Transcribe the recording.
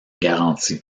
garantie